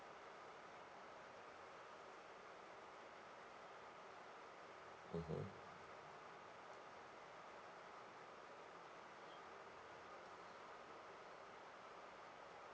mmhmm